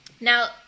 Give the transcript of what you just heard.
Now